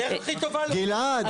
הדרך הכי טובה --- גלעד,